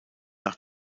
nach